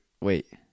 Wait